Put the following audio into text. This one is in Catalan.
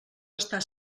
estar